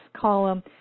column